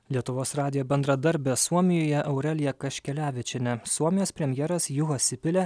lietuvos radijo bendradarbė suomijoje aurelija kaškelevičienė suomijos premjeras juha sipile